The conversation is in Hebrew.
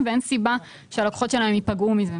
ואין סיבה שהלקוחות שלהם ייפגעו מזה.